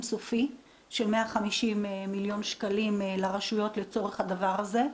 סופי של 150 מיליון שקלים לרשויות לצורך הדבר הזה.